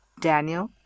Daniel